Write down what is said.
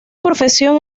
profesión